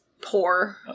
poor